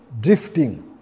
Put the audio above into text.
Drifting